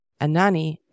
Anani